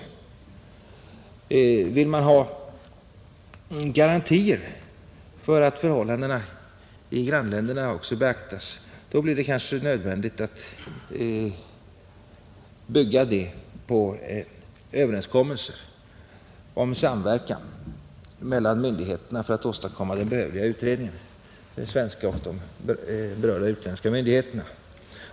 Men om man vill ha garantier för att förhållandena i grannländerna också beaktas blir det kanske nödvändigt att bygga på överenskommelser om samverkan mellan svenska och berörda utländska myndigheter för att åstadkomma den behövliga utredningen.